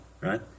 right